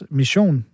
mission